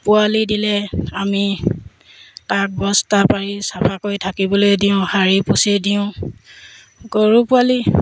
পোৱালি দিলে আমি তাক বস্তা পাৰি চাফা কৰি থাকিবলৈ দিওঁ সাৰি পুচি দিওঁ গৰু পোৱালি